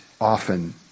often